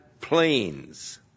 planes